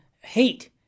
hate